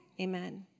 Amen